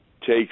takes